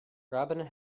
robin